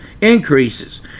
increases